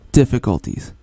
difficulties